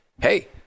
hey